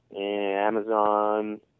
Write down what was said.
Amazon